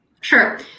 Sure